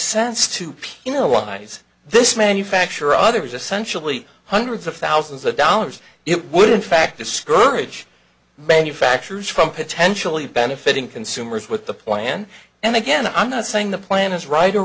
penalize this manufacturer others essentially hundreds of thousands of dollars it would in fact discourage manufacturers from potentially benefitting consumers with the plan and again i'm not saying the plan is right or